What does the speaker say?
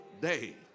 day